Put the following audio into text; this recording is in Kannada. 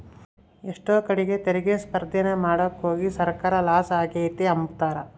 ಎಷ್ಟೋ ಕಡೀಗ್ ತೆರಿಗೆ ಸ್ಪರ್ದೇನ ಮಾಡಾಕೋಗಿ ಸರ್ಕಾರ ಲಾಸ ಆಗೆತೆ ಅಂಬ್ತಾರ